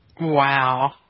Wow